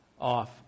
off